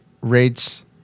rates